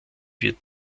wird